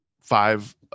five